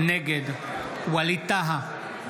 נגד ווליד טאהא,